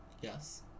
yes